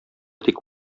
тик